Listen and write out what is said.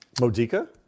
Modica